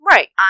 Right